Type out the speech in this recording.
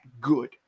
good